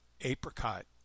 apricot